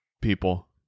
people